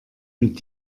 mit